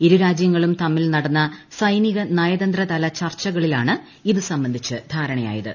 ഇരു രാജ്യങ്ങളും തമ്മിൽ നടന്ന സൈനിക നയതന്ത്രതല ചർച്ചകളിലാണ് ഇത് സംബന്ധിച്ച ധാരണയായത്